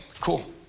cool